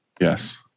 Yes